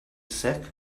sick